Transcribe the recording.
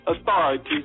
authorities